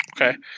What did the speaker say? Okay